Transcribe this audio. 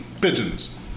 pigeons